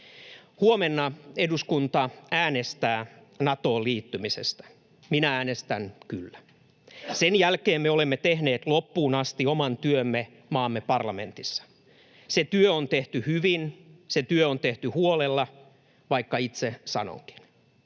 Huomenna eduskunta äänestää Natoon liittymisestä. Minä äänestän "kyllä". Sen jälkeen me olemme tehneet loppuun asti oman työmme maamme parlamentissa. Se työ on tehty hyvin, se työ on tehty huolella, vaikka itse sanonkin.